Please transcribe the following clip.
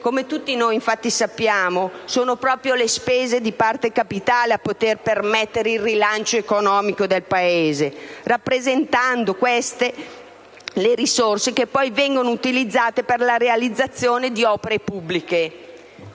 come tutti noi sappiamo, infatti, sono proprio le spese di parte capitale a permettere il rilancio economico del Paese, rappresentando queste le risorse che poi vengono utilizzate per la realizzazione di opere pubbliche.